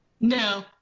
No